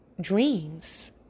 dreams